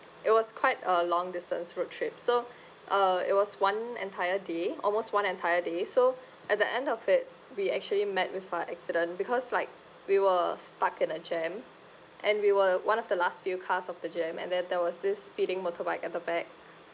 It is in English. it was quite a long distance road trip so uh it was one entire day almost one entire day so at the end of it we actually met with a accident because like we were stuck in a jam and we were one of the last few cars of the jam and then there was this speeding motorbike at the back